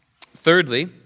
Thirdly